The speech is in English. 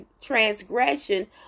transgression